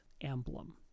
emblem